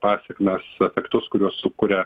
pasekmes efektus kuriuos sukuria